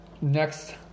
Next